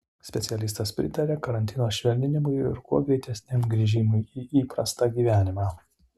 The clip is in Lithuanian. specialistas pritaria karantino švelninimui ir kuo greitesniam grįžimui į įprastą gyvenimą